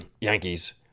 Yankees